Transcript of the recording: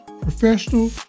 professional